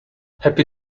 happy